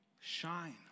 shine